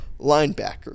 linebacker